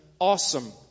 awesome